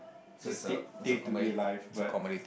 just day to day life but